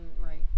right